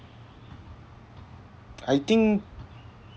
I think